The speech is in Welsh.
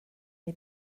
neu